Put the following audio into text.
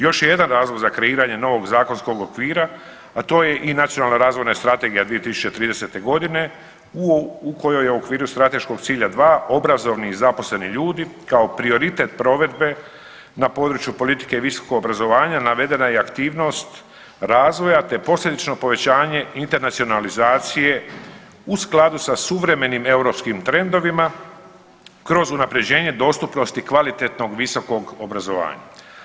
Još je jedan razlog za kreiranje novog zakonskog okvira, a to je i Nacionalna razvojna strategija 2030. g. u kojoj je u okviru strateškog cilja 2, obrazovni i zaposleni ljudi kao prioritet provedbe na području politike visokog obrazovanja navedena je i aktivnost razvoja te posljedično povećanje internacionalizacije u skladu sa suvremenim europskim trendovima kroz unaprjeđenje dostupnosti kvalitetnog visokog obrazovanja.